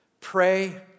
Pray